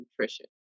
nutrition